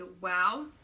wow